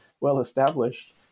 well-established